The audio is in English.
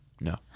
no